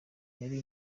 yari